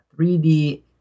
3d